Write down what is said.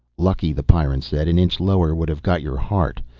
lucky, the pyrran said. an inch lower would have got your heart.